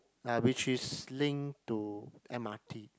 uh which is link to m_r_t